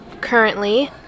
currently